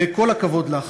וכל הכבוד לך,